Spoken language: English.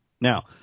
now